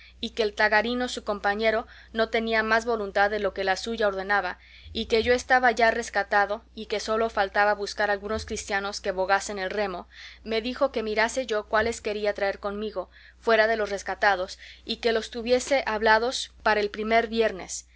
y que el tagarino su compañero no tenía más voluntad de lo que la suya ordenaba y que yo estaba ya rescatado y que sólo faltaba buscar algunos cristianos que bogasen el remo me dijo que mirase yo cuáles quería traer conmigo fuera de los rescatados y que los tuviese hablados para el primer viernes